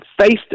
faced